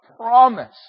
promise